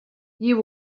you